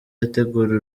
ategura